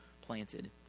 planted